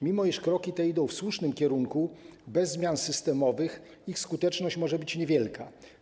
Mimo iż kroki te zmierzają w słusznym kierunku, bez zmian systemowych ich skuteczność może być niewielka.